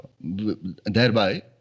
thereby